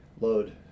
load